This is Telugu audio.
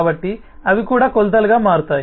కాబట్టి అవి కూడా కొలతలుగా మారతాయి